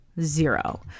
zero